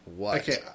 Okay